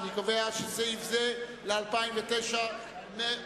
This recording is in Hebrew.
אני קובע כי סעיף זה ל-2009 מאושר.